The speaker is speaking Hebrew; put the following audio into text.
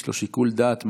יש לו שיקול דעת מלא.